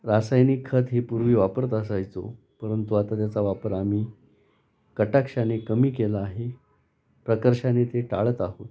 रासायनिक खत हे पूर्वी वापरत असायचो परंतु आता त्याचा वापर आम्ही कटाक्षाने कमी केला आहे प्रकर्षाने ते टाळत आहोत